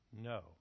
No